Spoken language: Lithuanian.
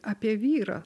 apie vyrą